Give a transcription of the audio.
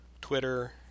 Twitter